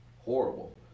horrible